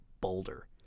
boulder